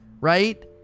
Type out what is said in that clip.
right